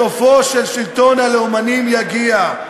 סופו של שלטון הלאומנים יגיע.